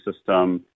system